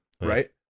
right